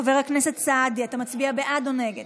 חבר הכנסת סעדי, אתה מצביע בעד או נגד?